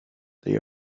the